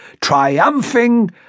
triumphing